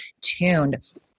tuned